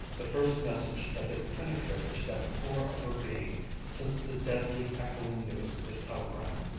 the first message that had penetrated to that core of her being since the deadly, echoing news of the telegram.